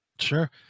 Sure